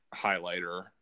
highlighter